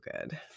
good